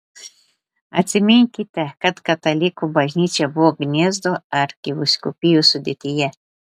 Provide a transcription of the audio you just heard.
atsiminkite kad katalikų bažnyčia buvo gniezno arkivyskupijos sudėtyje